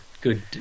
good